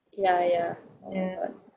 ya ya